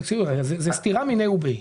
זאת סתירה מיני ובי.